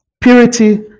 purity